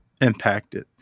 impacted